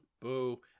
boo